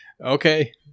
okay